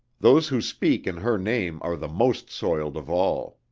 those who speak in her name are the most soiled of all.